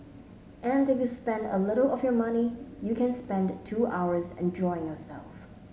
and if you spend a little of your money you can spend two hours enjoying yourself